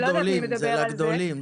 אני לא יודעת --- זה לגופים הגדולים.